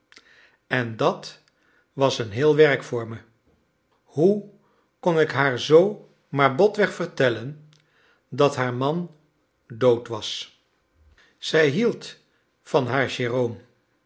en dat was een heel werk voor me hoe kon ik haar zoo maar botweg vertellen dat haar man dood was zij hield van haar